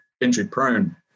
injury-prone